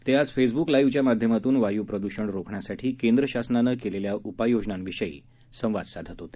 ते आज फेसब्क लाइव्हच्या माध्यमातून वाय् प्रद्षण रोखण्यासाठी केंद्र शासनानं केलेल्या उपाययोजनांविषयी संवाद साधत होते